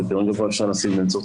ופריון גבוה אפשר להשיג באמצעות